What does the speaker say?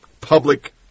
public